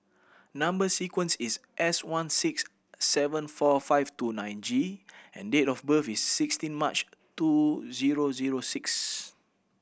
number sequence is S one six seven four five two nine G and date of birth is sixteen March two zero zero six